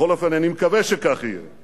בכל אופן אני מקווה שכך יהיה,